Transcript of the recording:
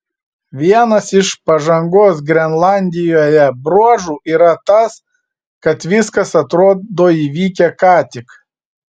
vienas iš pažangos grenlandijoje bruožų yra tas kad viskas atrodo įvykę ką tik